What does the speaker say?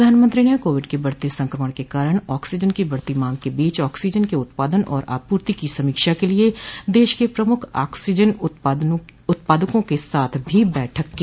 प्रधानमंत्री ने कोविड के बढ़ते संक्रमण के कारण ऑक्सीजन की बढ़ती मांग के बीच ऑक्सीजन के उत्पादन और आपूर्ति की समोक्षा के लिए देश के प्रमुख ऑक्सीजन उत्पादकों के साथ बैठक भी को